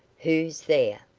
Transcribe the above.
who's there?